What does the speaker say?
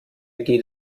geht